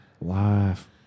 Life